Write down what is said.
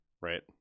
right